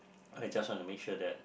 I just want to make sure that